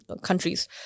countries